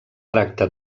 tracta